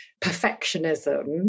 perfectionism